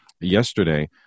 yesterday